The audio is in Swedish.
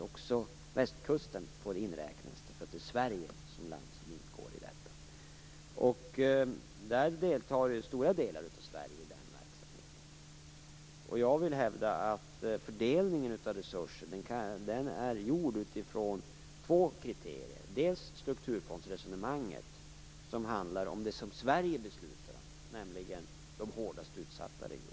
Också västkusten får räknas in i Östersjöregionen. Stora delar av Sverige deltar i Östersjösamarbetet. Fördelningen av resurser har gjorts utifrån två kriterier. För det första utgår fördelningen ifrån strukturfondsresonemanget. Det gäller det Sverige beslutar om, nämligen de mest utsatta regionerna.